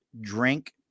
Drink